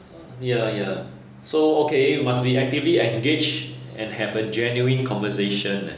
ya ya so okay must be actively engage and have a genuine conversation leh